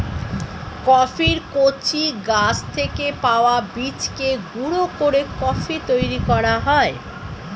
কফির কচি গাছ থেকে পাওয়া বীজকে গুঁড়ো করে কফি তৈরি করা হয়